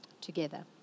together